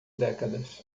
décadas